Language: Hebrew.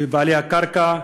בעלי הקרקע,